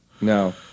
No